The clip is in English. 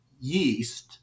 yeast